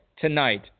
tonight